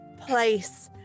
place